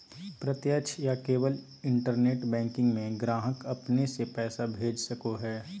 प्रत्यक्ष या केवल इंटरनेट बैंकिंग में ग्राहक अपने से पैसा भेज सको हइ